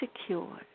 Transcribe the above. secure